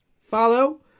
Follow